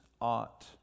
ought